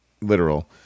literal